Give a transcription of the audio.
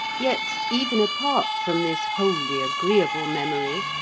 yet, even apart from this wholly agreeable memory,